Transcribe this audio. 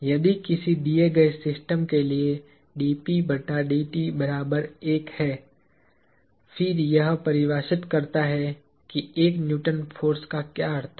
यदि किसी दिए गए सिस्टम के लिए 1 है फिर यह परिभाषित करता है कि 1 न्यूटन फोर्स का क्या अर्थ है